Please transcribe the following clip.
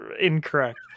incorrect